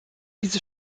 diese